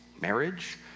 marriage